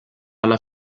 alla